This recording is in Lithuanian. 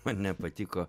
man nepatiko